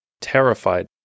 terrified